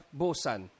bosan